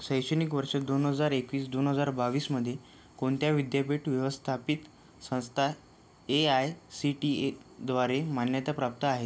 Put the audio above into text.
शैक्षणिक वर्ष दोन हजार एकवीस दोन हजार बावीसमध्ये कोणत्या विद्यापीठ व्यवस्थापित संस्था ए आय सी टी एद्वारे मान्यताप्राप्त आहेत